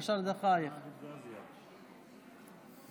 היום לפני שנתיים בדיוק עליתי כאן לדוכן כדי לנאום את נאום הבכורה שלי,